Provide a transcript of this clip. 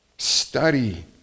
study